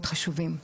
מאוד חשובים.